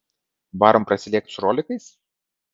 varom prasilėkt su rolikais